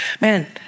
man